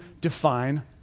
define